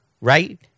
right